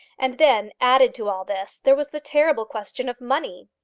and then, added to all this, there was the terrible question of money!